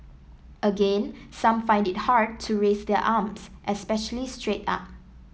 again some find it hard to raise their arms especially straight up